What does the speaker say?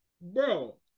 bro